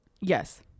yes